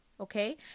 Okay